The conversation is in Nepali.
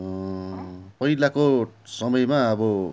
पहिलाको समयमा अब